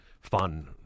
fun